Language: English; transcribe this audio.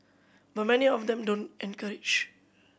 but many of them don't encourage